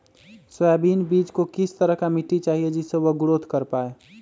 Soybean बीज को किस तरह का मिट्टी चाहिए जिससे वह ग्रोथ कर पाए?